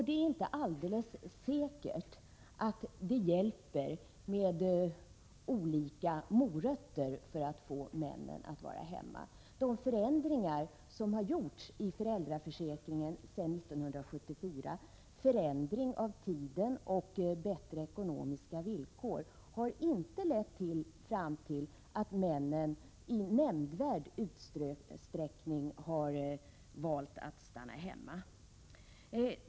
Det är inte alldeles säkert att det hjälper med olika ”morötter” för att få männen att vara hemma. De förändringar som har gjorts i föräldraförsäkringen sedan 1974 — exempelvis förändring av tiden och bättre ekonomiska villkor — har inte lett till att männen i nämnvärd utsträckning har valt att stanna hemma.